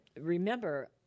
remember